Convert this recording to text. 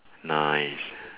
nice